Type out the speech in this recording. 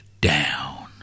down